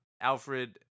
Alfred